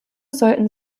sollten